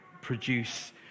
produce